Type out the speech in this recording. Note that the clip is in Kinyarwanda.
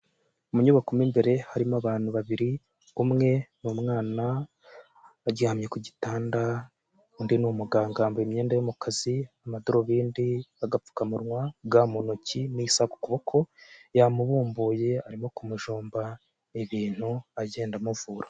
Mu nyubako mo imbere harimo abantu babiri, umwe ni umwana, aryamye ku gitanda, undi ni umuganga yambaye imyenda yo mu kazi, amadarubindi, agapfukamunwa, ga mu ntoki n'isaha ku kuboko, yamubumbuye, arimo kumujomba ibintu agenda amuvura.